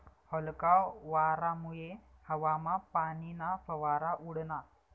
हलका वारामुये हवामा पाणीना फवारा उडना